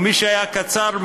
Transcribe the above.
ומי שהיה קצר,